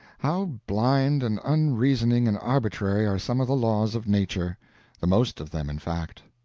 how blind and unreasoning and arbitrary are some of the laws of nature the most of them, in fact!